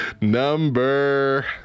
number